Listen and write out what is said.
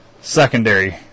secondary